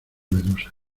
medusa